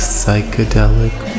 psychedelic